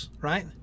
right